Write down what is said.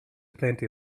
plenty